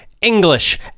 English